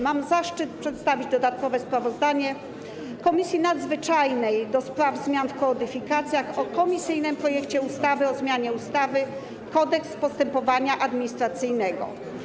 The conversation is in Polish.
Mam zaszczyt przedstawić dodatkowe sprawozdanie Komisji Nadzwyczajnej do spraw zmian w kodyfikacjach o komisyjnym projekcie ustawy o zmianie ustawy - Kodeks postępowania administracyjnego.